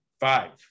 five